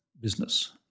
business